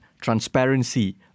transparency